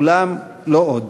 אולם לא עוד.